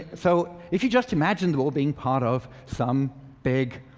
so if you just imagined them all being part of some big,